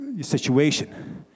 situation